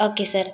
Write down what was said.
okay sir